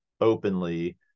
openly